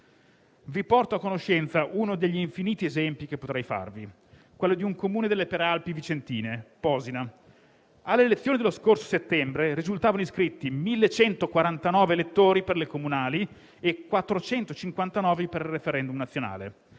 Vi porto a conoscenza di uno degli infiniti esempi che potrei fare, quello di un Comune delle Prealpi vicentine, Posina. Alle elezioni dello scorso settembre risultavano iscritti 1.149 elettori per le comunali e 459 per il *referendum* nazionale.